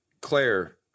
Claire